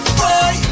boy